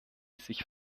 sich